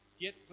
get